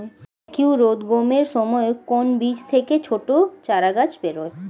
অঙ্কুরোদ্গমের সময় কোন বীজ থেকে ছোট চারাগাছ বেরোয়